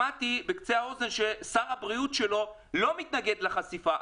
שמעתי בקצה האוזן ששר הבריאות שלו לא מתנגד לחשיפה.